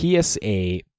PSA